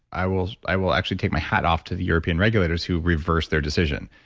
i will i will actually take my hat off to the european regulators who've reversed their decision.